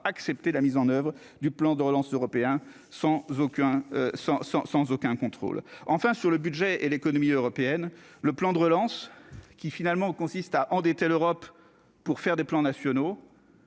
accepter la mise en oeuvre du plan de relance européen sans aucun sans, sans, sans aucun contrôle, enfin, sur le budget et l'économie européenne, le plan de relance qui finalement consiste à endetter l'Europe pour faire des plans nationaux